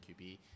QB